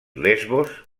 lesbos